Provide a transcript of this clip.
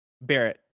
Barrett